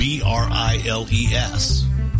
B-R-I-L-E-S